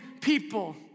people